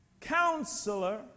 counselor